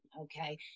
Okay